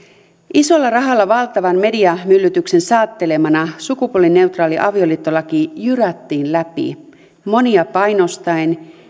isolla rahalla valtavan mediamyllytyksen saattelemana sukupuolineutraali avioliittolaki jyrättiin läpi monia painostaen